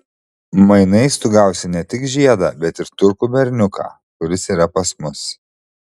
mainais tu gausi ne tik žiedą bet ir turkų berniuką kuris yra pas mus